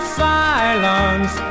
silence